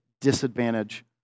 disadvantage